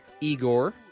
Igor